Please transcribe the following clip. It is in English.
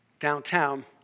downtown